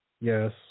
yes